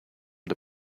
the